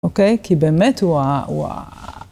אוקיי? כי באמת וואה וואה.